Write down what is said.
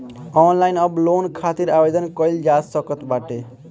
online अब loan खातिर आवेदन कईल जा सकत बाटे